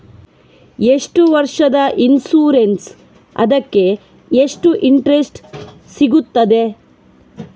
ಎಷ್ಟು ವರ್ಷದ ಇನ್ಸೂರೆನ್ಸ್ ಅದಕ್ಕೆ ಎಷ್ಟು ಇಂಟ್ರೆಸ್ಟ್ ಸಿಗುತ್ತದೆ?